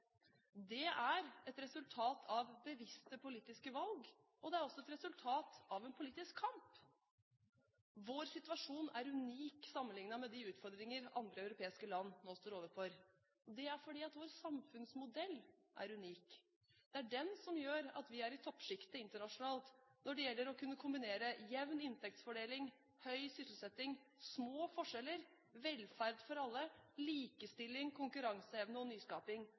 Det er et resultat av bevisste politiske valg. Det er også et resultat av en politisk kamp. Vår situasjon er unik sammenlignet med de utfordringer andre europeiske land nå står overfor. Det er fordi vår samfunnsmodell er unik. Det er den som gjør at vi er i toppsjiktet internasjonalt når det gjelder å kunne kombinere jevn inntektsfordeling, høy sysselsetting, små forskjeller, velferd for alle, likestilling, konkurranseevne og nyskaping.